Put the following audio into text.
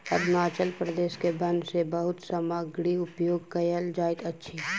अरुणाचल प्रदेश के वन सॅ बहुत सामग्री उपयोग कयल जाइत अछि